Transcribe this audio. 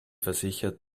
versichert